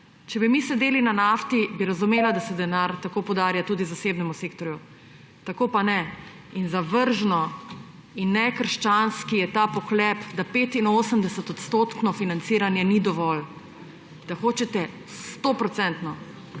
Če bi mi sedeli na nafti, bi razumela, da se denar tako podarja tudi zasebnemu sektorju, tako pa ne. Zavržno je in nekrščanski je ta pohlep, da 85-odstotno financiranje ni dovolj, da hočete 100-odstotno